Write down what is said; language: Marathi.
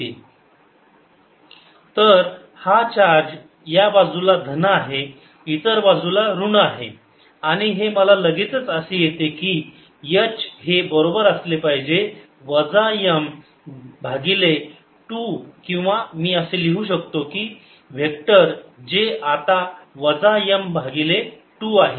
HMcosϕ δs RH0Hinside M2B 0H M 0M2 तर हा चार्ज या बाजूला धन आहे इतर बाजूला ऋण आहे आणि हे मला लगेचच असे येते की H हे बरोबर असले पाहिजे वजा M भागिले 2 किंवा मी असे लिहू शकतो की वेक्टर जे आता वजा m भागिले 2 आहे